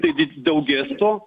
taip tik daugės to